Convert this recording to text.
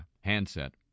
handset